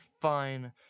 fine